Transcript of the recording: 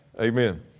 Amen